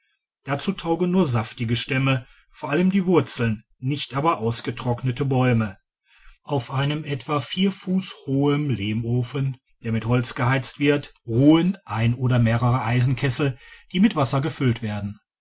dazu taugen nur saftige stämme vor allem die wurzeln nicht aber ausgetrocknete bäume auf einem etwa vier fuß hohe lehm ofen der mit holz geheizt wird digitized by google ruhen ein oder mehrere eisenkessel die mit wasser gefüllt werden